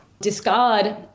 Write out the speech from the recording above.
discard